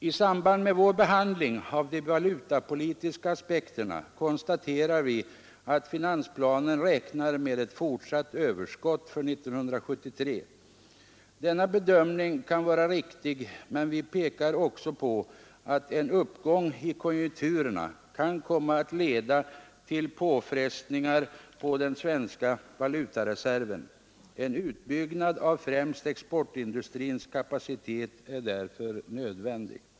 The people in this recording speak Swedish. I samband med vår behandling av de valutapolitiska aspekterna konstaterar vi att finansplanen räknar med ett fortsatt överskott för 1973. Denna bedömning kan vara riktig, men vi påpekar också att en uppgång i konjunkturerna kan komma att leda till påfrestningar på den svenska valutareserven. En utbyggnad av främst exportindustrins kapacitet är därför nödvändig.